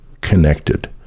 connected